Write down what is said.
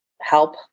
help